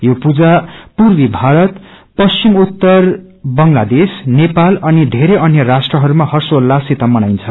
यो पूजा पूर्वी भारत ष्थ्वमोत्तर बंगलादेश नेपाल अनि बेरै अन्य राष्ट्रहरूमा हर्षोत्लाससित मनाइन्छ